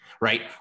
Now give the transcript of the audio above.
right